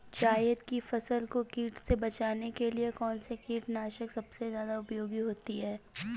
जायद की फसल को कीट से बचाने के लिए कौन से कीटनाशक सबसे ज्यादा उपयोगी होती है?